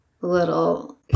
little